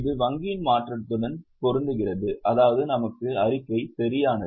இது வங்கியின் மாற்றத்துடன் பொருந்துகிறது அதாவது நமது அறிக்கை சரியானது